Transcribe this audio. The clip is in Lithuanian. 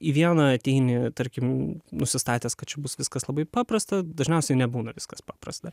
į vieną ateini tarkim nusistatęs kad čia bus viskas labai paprasta dažniausiai nebūna viskas paprasta